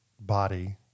body